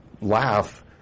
laugh